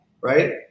right